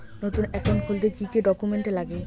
নতুন একাউন্ট খুলতে কি কি ডকুমেন্ট লাগে?